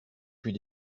puis